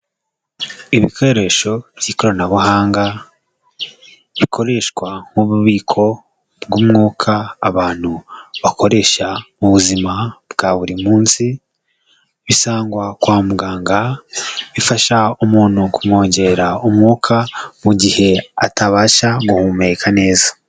Ibikoresho by'ikoranabuhanga bikoreshwa mu bubiko bw'umwuka abantu bakoresha muzima bwa buri munsi, bisangwa kwa muganga, bifasha umuntu kumwongerera umwuka mu mugihe atabasha guhumeka neza.